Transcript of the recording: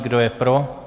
Kdo je pro?